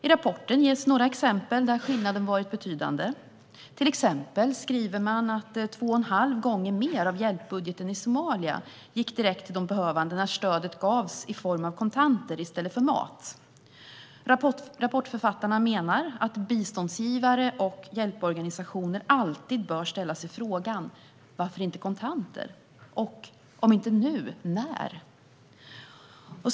I rapporten ges några exempel där skillnaden varit betydande. Till exempel skriver man att två och en halv gånger mer av hjälpbudgeten i Somalia gick direkt till de behövande när stödet gavs i form av kontanter i stället för mat. Rapportförfattarna menar att biståndsgivare och hjälporganisationer alltid bör ställa sig frågan: Varför inte kontanter? Och: Om inte nu, när?